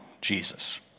Jesus